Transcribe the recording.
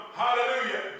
hallelujah